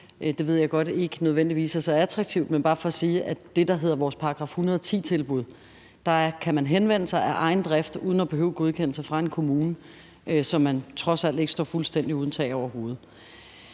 det ved jeg godt ikke nødvendigvis er så attraktivt, men det er bare for at sige, at på det, der hedder vores § 110-tilbud, kan man henvende sig af egen drift uden at behøve godkendelse fra en kommune, så man trods alt ikke står fuldstændig uden tag over hovedet.